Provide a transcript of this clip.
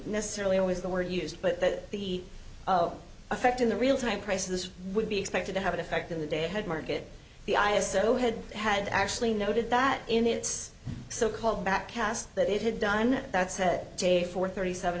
necessarily always the word used but that the effect in the real time prices would be expected to have an effect in the day ahead market the i assume had had actually noted that in its so called back cast that it had done that said day four thirty seven